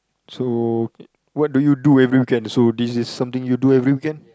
so what do you do every weekend so this is something you do every weekend